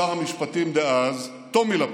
שר המשפטים דאז טומי לפיד.